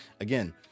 Again